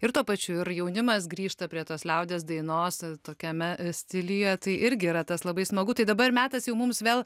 ir tuo pačiu ir jaunimas grįžta prie tos liaudies dainos tokiame stiliuje tai irgi yra tas labai smagu tai dabar metas jau mums vėl